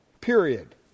period